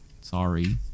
Sorry